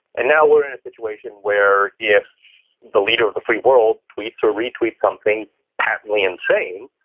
and now we're in a situation where if the leader of the free world tweets or retweet something patently insane.